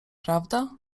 prawda